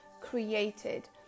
created